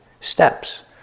steps